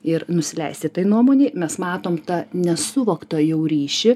ir nusileisti tai nuomonei mes matom tą nesuvoktą jau ryšį